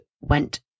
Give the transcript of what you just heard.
went